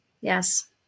Yes